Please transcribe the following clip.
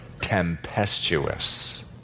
tempestuous